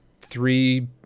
three